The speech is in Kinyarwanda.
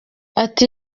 ati